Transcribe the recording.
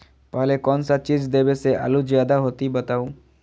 पहले कौन सा चीज देबे से आलू ज्यादा होती बताऊं?